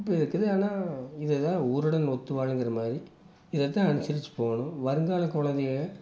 இப்போ இருக்குது ஆனால் இது தான் ஊருடன் ஒத்து வாழுங்கிற மாதிரி இதைத்தான் அனுசரித்து போகணும் வருங்கால கொழந்தைங்க